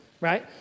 right